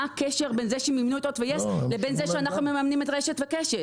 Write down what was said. מה הקשר בין זה שמימנו את הוט ויס לבין זה שאנחנו מממנים את רשת וקשת?